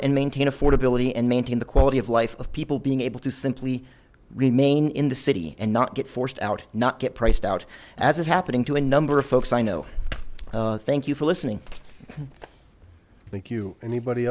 and maintain affordability and maintain the quality of life of people being able to simply remain in the city and not get forced out not get priced out as is happening to a number of folks i know thank you for listening thank you anybody